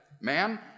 Man